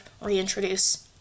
reintroduce